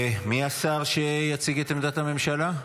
מי השר שיציג את עמדת הממשלה?